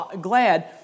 glad